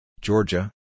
Georgia